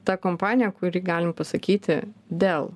ta kompanija kuri galim pasakyti dėl